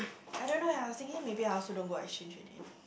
I don't know eh I was thinking maybe I also don't go exchange already